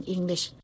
English